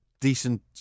decent